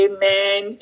Amen